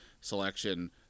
selection